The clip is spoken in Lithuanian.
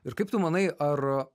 ir kaip tu manai ar